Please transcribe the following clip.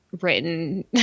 written